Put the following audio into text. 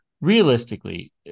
realistically